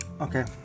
Okay